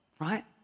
right